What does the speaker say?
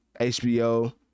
hbo